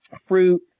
fruit